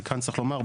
וכאן צריך לומר,